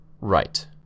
Right